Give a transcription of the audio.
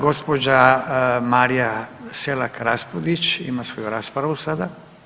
Gospođa Marija Selak Raspudić ima svoju raspravu sada.